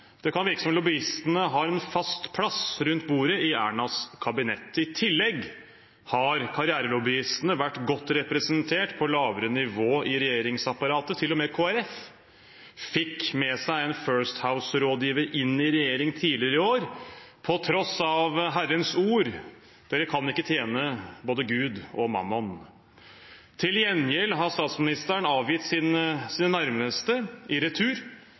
Det kan virke som om lobbyistene har en fast plass rundt bordet i Erna Solbergs kabinett. I tillegg har karrierelobbyistene vært godt representert på lavere nivå i regjeringsapparatet, til og med Kristelig Folkeparti fikk med seg en First House-rådgiver inn i regjering tidligere i år, på tross av Herrens ord: «Dere kan ikke tjene både Gud og Mammon.» Til gjengjeld har statsministeren avgitt sine nærmeste i retur,